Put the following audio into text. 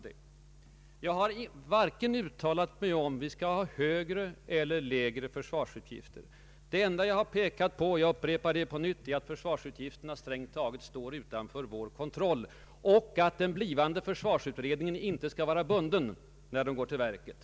Jag har varken uttalat mig om huruvida vi skall ha högre eller lägre försvarsutgifter. Det enda jag har pekat på är — jag upprepar det — att försvarsutgifterna strängt taget står utanför vår kontroll och att den blivande försvarsutredningen inte skall vara bunden när den går till verket.